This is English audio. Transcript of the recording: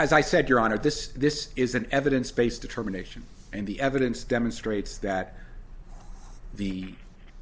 as i said your honor this this is an evidence based determination and the evidence demonstrates that the